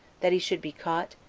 that he should be caught,